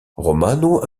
romano